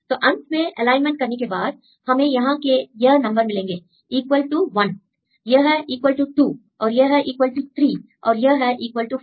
तो अंत में एलाइनमेंट करने के बाद हमें यहां के यह नंबर मिलेंगे इक्वल टू 1 यह है इक्वल टू 2 और यह है इक्वल टू 3 और यह है इक्वल टू 4